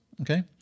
Okay